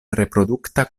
reprodukta